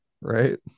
Right